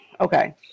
okay